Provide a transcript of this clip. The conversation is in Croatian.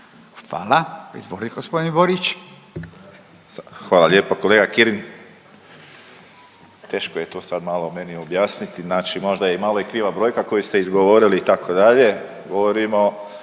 Borić. **Borić, Josip (HDZ)** Hvala lijepa. Kolega Kirin, teško je to sad malo meni objasniti, znači možda je i malo i kriva brojka koju ste izgovorili itd., govorimo